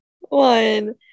one